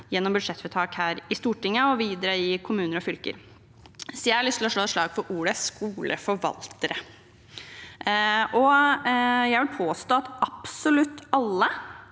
gjennom budsjettvedtak her i Stortinget, og videre i kommuner og fylker. Jeg har derfor lyst til å slå et slag for ordet «skoleforvaltere». Jeg vil påstå at absolutt alle,